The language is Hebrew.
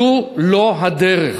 זו לא הדרך.